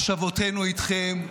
מחשבותינו איתכם.